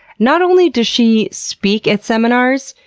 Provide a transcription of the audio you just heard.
not only does she speak at seminars,